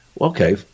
Okay